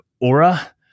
Aura